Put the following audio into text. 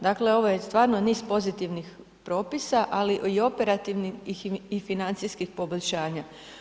Dakle ovo je stvarno niz pozitivnih propisa ali i operativnih i financijskih poboljšanja.